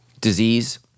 disease